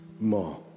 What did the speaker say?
More